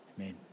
Amen